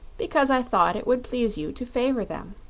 because i thought it would please you to favor them.